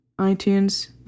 iTunes